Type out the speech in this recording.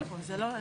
זאת נקודה